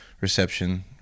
reception